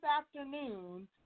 afternoon